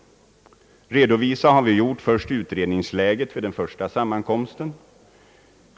Vi har redovisat utredningsläget vid den första sammankomsten.